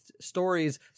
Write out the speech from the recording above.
stories